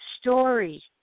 story